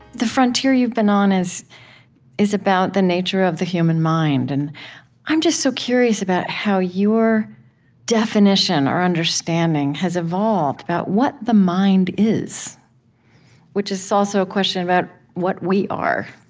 the frontier you've been on is is about the nature of the human mind. and i'm just so curious about how your definition or understanding has evolved about what the mind is which is also a question about what we are,